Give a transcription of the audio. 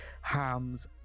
hams